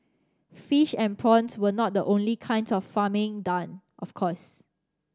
fish and prawns were not the only kinds of farming done of course